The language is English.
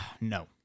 No